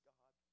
God